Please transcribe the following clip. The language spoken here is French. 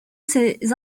ces